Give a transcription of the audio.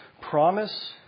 promise